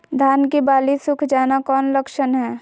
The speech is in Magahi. धान की बाली सुख जाना कौन लक्षण हैं?